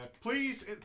Please